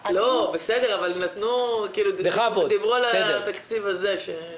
בסדר, דיברו על התקציב הזה.